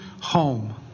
home